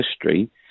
history